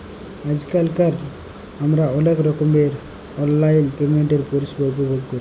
আইজকাল আমরা অলেক রকমের অললাইল পেমেল্টের পরিষেবা উপভগ ক্যরি